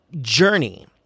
journey